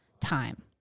time